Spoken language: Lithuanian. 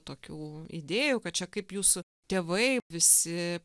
tokių idėjų kad čia kaip jūsų tėvai visi